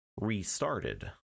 restarted